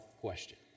question